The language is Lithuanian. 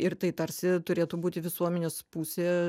ir tai tarsi turėtų būti visuomenės pusė